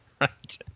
right